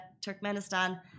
Turkmenistan